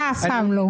אתה אף פעם לא.